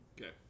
Okay